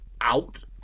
out